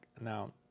Now